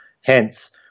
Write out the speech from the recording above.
Hence